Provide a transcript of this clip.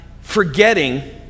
forgetting